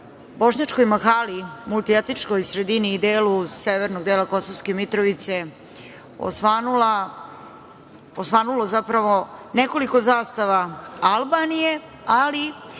bošnjačkoj mahali, multietničkoj sredini, delu severnog dela Kosovske Mitrovice, osvanulo nekoliko zastava Albanije, ali